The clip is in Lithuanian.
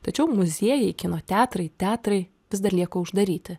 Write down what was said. tačiau muziejai kino teatrai teatrai vis dar lieka uždaryti